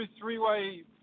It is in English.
three-way